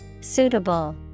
suitable